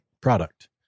product